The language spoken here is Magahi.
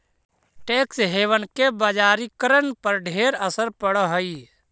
टैक्स हेवन के बजारिकरण पर ढेर असर पड़ हई